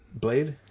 Blade